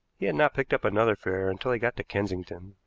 he had not picked up another fare until he got to kensington.